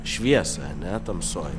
šviesą ar ne tamsoj